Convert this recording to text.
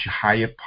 higher